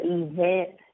event